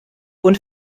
und